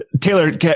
Taylor